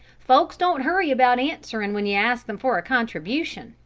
folks don't hurry about answering when you ask them for a contribution,